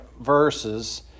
verses